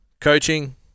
coaching